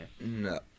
No